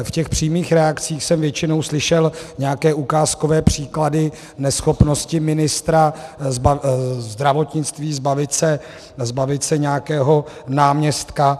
V těch přímých reakcích jsem většinou slyšel nějaké ukázkové příklady neschopnosti ministra zdravotnictví zbavit se nějakého náměstka.